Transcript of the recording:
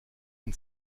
man